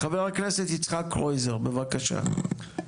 חבר הכנסת יצחק קרויזר, בבקשה.